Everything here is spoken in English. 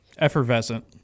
Effervescent